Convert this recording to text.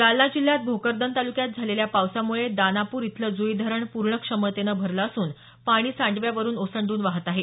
जालना जिल्ह्यात भोकरदन तालुक्यात झालेल्या पावसामुळे दानापूर इथलं जुई धरण पूर्ण क्षमतेनं भरलं असून पाणी सांडव्यावरून ओसंडून वाहत आहे